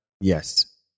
Yes